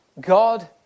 God